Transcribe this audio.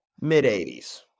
Mid-80s